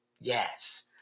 Yes